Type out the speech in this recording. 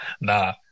nah